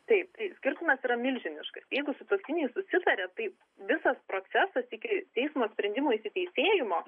taip skirtumas yra milžiniškas jeigu sutuoktiniai susitaria tai visas procesas iki teismo sprendimo įsiteisėjimo